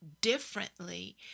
differently